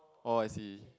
oh I see